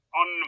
on